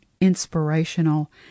inspirational